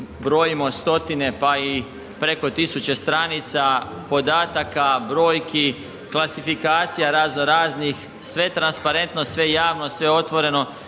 brojimo stotine, pa i preko tisuće stranica podataka, brojki, klasifikacija razno raznih, sve transparentno, sve javno, sve otvoreno